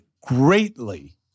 greatly